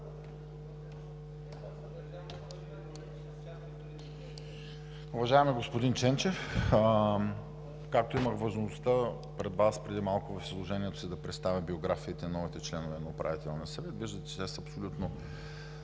Уважаеми господин Ченчев! Както имах възможността пред Вас преди малко в изложението си да представя биографиите на новите членове на Управителния съвет, виждате, че те са абсолютно